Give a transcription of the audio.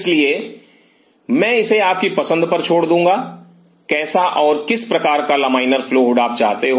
इसलिए मैं इसे आपकी पसंद पर छोड़ दूँगा कैसा और किस प्रकार का लमाइनर फ्लो हुड आप चाहते हो